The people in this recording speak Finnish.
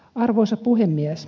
arvoisa puhemies